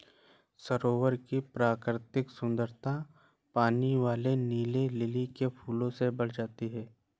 सरोवर की प्राकृतिक सुंदरता पानी वाले नीले लिली के फूल से बढ़ जाती है